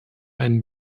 einen